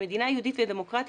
במדינה יהודית ודמוקרטית,